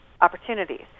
opportunities